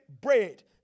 bread